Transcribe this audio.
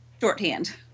shorthand